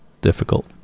difficult